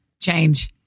Change